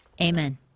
Amen